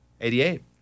Eighty-eight